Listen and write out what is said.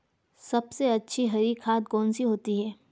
सबसे अच्छी हरी खाद कौन सी होती है?